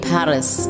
Paris